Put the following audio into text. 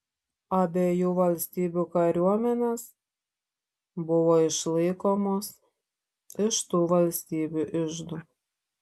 abiejų valstybių kariuomenės buvo išlaikomos iš tų valstybių iždų